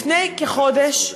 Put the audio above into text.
לפני כחודש,